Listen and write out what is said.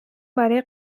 برای